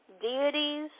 deities